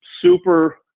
Super